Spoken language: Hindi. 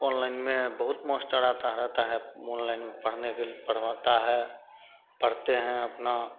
अनलाइन में बहुत मास्टर आता रहता है अनलाइन में पढ़ने के लिए पढ़वाता है पढ़ते हैं अपना